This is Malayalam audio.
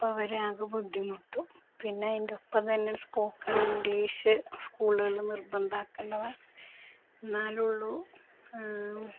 അപ്പോള് അവരാകെ ബുദ്ധിമുട്ടും പിന്നെ അതിന്റെയൊപ്പം തന്നെ സ്പോക്കൺ ഇംഗ്ലീഷ് സ്കൂളുകള് നിർബന്ധാക്കണ്ടതാണ് എന്നാലേ ഉള്ളൂ